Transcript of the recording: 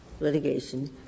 litigation